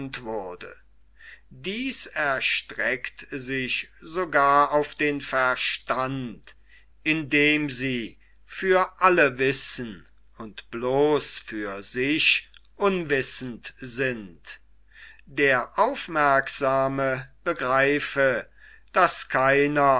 dies erstreckt sich sogar auf den verstand indem sie für alle wissen und bloß für sich unwissend sind der aufmerksame begreife daß keiner